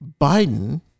Biden